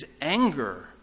anger